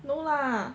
no lah